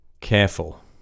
careful